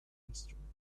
instrument